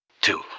two